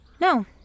No